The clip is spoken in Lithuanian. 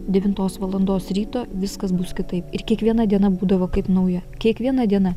devintos valandos ryto viskas bus kitaip ir kiekviena diena būdavo kaip nauja kiekviena diena